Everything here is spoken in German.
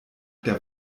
der